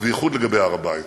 ובייחוד לגבי הר-הבית,